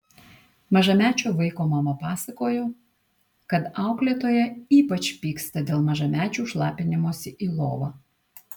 mažamečio vaiko mama pasakojo kad auklėtoja ypač pyksta dėl mažamečių šlapinimosi į lovą